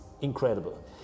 incredible